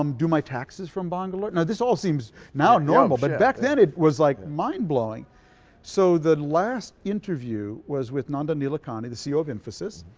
um do my taxes from bangalore. now this all seems now normal, but back then it was like mind blowing so the last interview was with nandan nilekani, the c e o. of infosys,